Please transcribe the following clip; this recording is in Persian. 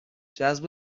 جذب